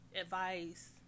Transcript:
advice